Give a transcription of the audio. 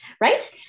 right